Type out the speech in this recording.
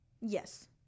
Yes